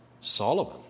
Solomon